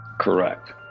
Correct